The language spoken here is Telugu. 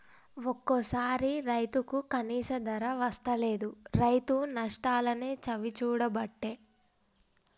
ఒక్కోసారి రైతుకు కనీస ధర వస్తలేదు, రైతు నష్టాలనే చవిచూడబట్టే